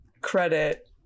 credit